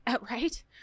Right